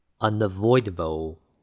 Unavoidable